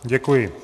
Děkuji.